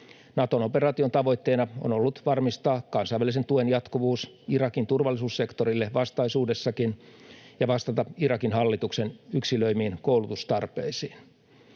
Naton operaation tavoitteena on ollut varmistaa kansainvälisen tuen jatkuvuus Irakin turvallisuussektorille vastaisuudessakin ja vastata Irakin hallituksen yksilöimiin koulutustarpeisiin.